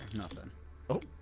nothing oh!